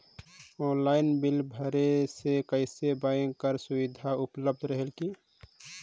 Online bill भरे से कइसे बैंक कर भी सुविधा उपलब्ध रेहेल की?